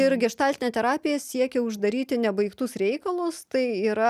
ir geštaltinė terapija siekia uždaryti nebaigtus reikalus tai yra